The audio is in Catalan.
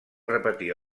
repetir